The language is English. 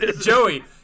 Joey